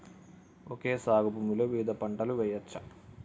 Okay సాగు భూమిలో వివిధ పంటలు వెయ్యచ్చా?